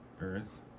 earth